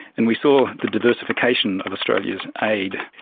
and we saw the diversification of australia's aid,